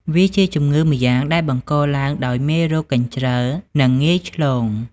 វាជាជម្ងឺម្យ៉ាងដែលបង្កឡើងដោយមេរោគកញ្ជ្រឹល និងងាយឆ្លង។